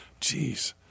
Jeez